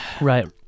right